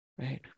right